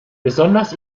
besonders